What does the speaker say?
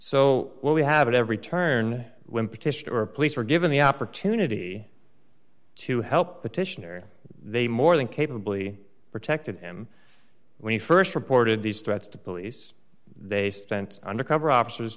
so what we have at every turn when petition or police are given the opportunity to help petitioner they more than capably protected him when he st reported these threats to police they spent undercover officers